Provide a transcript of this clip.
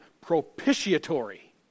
propitiatory